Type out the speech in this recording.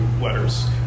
letters